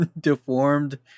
deformed